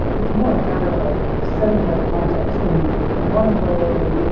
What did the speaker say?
it's more a matter of setting the right context. in in one way, and